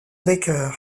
baker